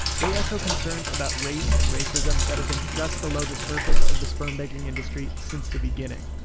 they echo concerns about race and racism that have been just below the surface of the sperm banking industry since the beginning.